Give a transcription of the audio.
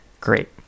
great